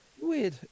Weird